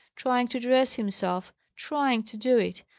trying to dress himself trying to do it.